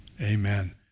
amen